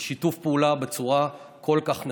בשיתוף פעולה בצורה כל כך נכונה.